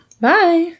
Bye